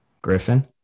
Griffin